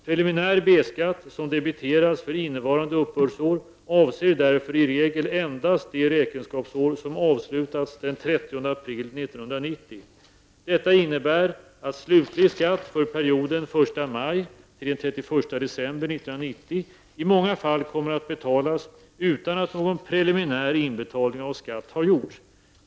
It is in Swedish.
Preliminär B-skatt som debiterats för innevarande uppbördsår avser därför i regel endast det räkenskapsår som avslutats den 30 april 1990. maj--31 december 1990 i många fall kommer att betalas utan att någon preliminär inbetalning av skatt har gjorts.